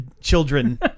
children